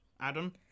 Adam